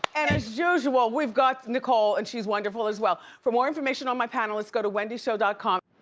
and as usual we've got nicole and she's wonderful as well. for more information on my panelists go to wendyshow dot com